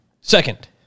Second